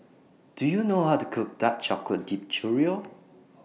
Do YOU know How to Cook Dark Chocolate Dipped Churro